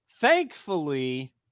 Thankfully